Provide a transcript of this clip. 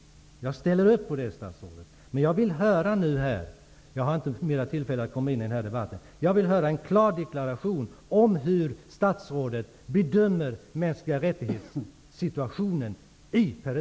Jag ställer upp på detta, statsrådet. Jag har inte tillfälle att gå upp mer i debatten. Men jag vill höra en klar deklaration om hur statsrådet bedömer situationen vad gäller mänskliga rättigheter i Peru.